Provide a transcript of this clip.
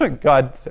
God